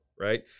right